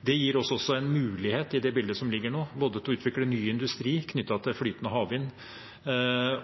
Det gir oss en mulighet i det bildet som foreligger nå, både til å utvikle ny industri knyttet til flytende havvind